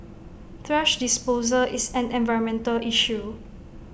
thrash disposal is an environmental issue